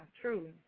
True